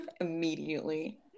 immediately